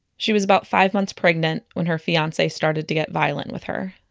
she was about five months pregnant when her fiance started to get violent with her,